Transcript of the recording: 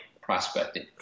prospecting